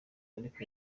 ariko